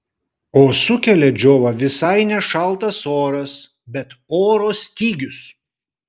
o sukelia džiovą visai ne šaltas oras bet oro stygius